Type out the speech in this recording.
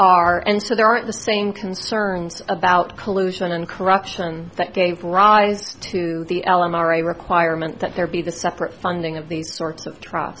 are and so there aren't the same concerns about collusion and corruption that gave rise to the elem are a requirement that there be the separate funding of these sorts of tr